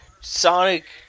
Sonic